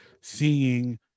seeing